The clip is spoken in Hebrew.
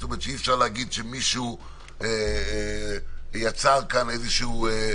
כלומר אי-אפשר לומר שמישהו יצר פה בלוק,